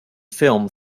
film